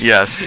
Yes